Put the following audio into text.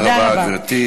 תודה רבה, גברתי.